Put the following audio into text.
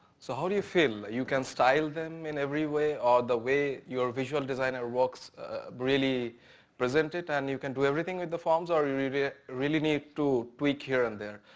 so how do you feel? you can style them in every way, or the way your visual designer mocks really present it, and you can do everything with the forms, or you really ah really need to tweak here and there.